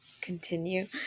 continue